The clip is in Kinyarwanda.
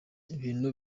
ibintu